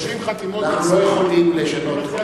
אנחנו לא יכולים לשנות חוק.